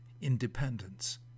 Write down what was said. independence